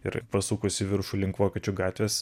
ir pasukus į viršų link vokiečių gatvės